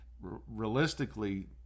realistically